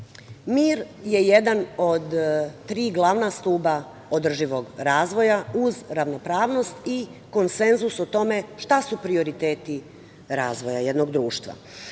je jedan od tri glavna stuba održivog razvoja, uz ravnopravnost i konsenzus o tome šta su prioriteti razvoja jednog društva.